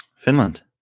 Finland